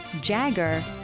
jagger